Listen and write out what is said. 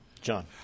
John